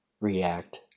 react